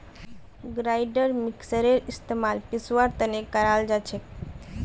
grinder मिक्सरेर इस्तमाल पीसवार तने कराल जाछेक